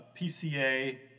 PCA